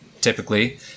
typically